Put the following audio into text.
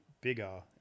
bigger